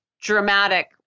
dramatic